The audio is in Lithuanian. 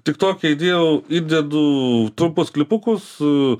tik toke įdėjau įdedu trumpus klipukus